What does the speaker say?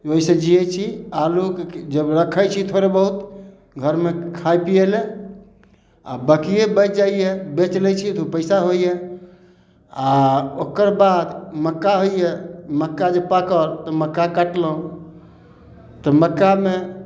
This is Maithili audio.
ओहिसऽ जियै छी आलूके जब रखै छी थोड़ बहुत घरमे खाय पियै ले आ बाकिये बैच जाइया बेच लै छी दू पैसा होइया आ ओकर बाद मक्का होइया मक्का जे पाकल तऽ मक्का काटलहुॅं तऽ मक्कामे